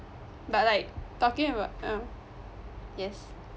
but like talking about um yes